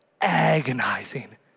agonizing